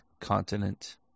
continent